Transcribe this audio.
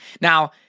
Now